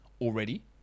already